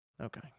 Okay